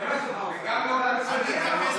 וגם לא, אל תתייחס לכלום.